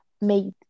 made